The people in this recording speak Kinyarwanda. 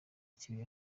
kibi